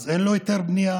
אין לו היתר בנייה